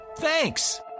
Thanks